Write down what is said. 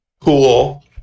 Cool